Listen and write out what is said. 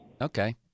Okay